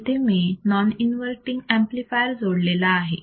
इथे मी non inverting amplifier जोडलेला आहे